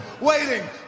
waiting